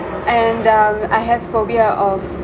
and um I have phobia of